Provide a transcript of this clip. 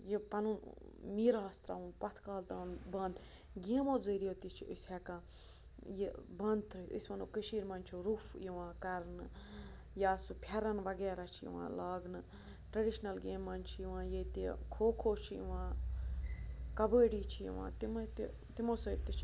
یہِ پَنُن میٖراث ترٛاوُن پَتھ کال تعاوُن بَنٛد گیمو ذٔریعہِ تہِ چھِ أسۍ ہٮ۪کان یہِ بَنٛد أسۍ وَنو کٔشیٖر مَنٛز چھُ روٚف یِوان کَرنہٕ یا سُہ پھٮ۪رَن وغیرہ چھِ یِوان لاگنہٕ ٹرٛٮ۪ڈِشنَل گیمہِ مَنٛز چھِ یِوان ییٚتہِ کھو کھو چھِ یِوان کَبٲڈی چھِ یِوان تِمَے تہِ تِمو سۭتۍ تہِ چھِ